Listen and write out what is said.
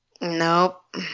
Nope